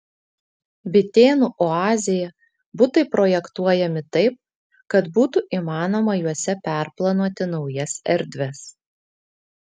bitėnų oazėje butai projektuojami taip kad būtų įmanoma juose perplanuoti naujas erdves